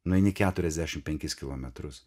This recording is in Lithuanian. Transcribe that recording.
nueini keturiasdešimt penkis kilometrus